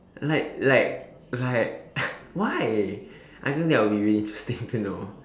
like like like why I think that'll be really interesting to know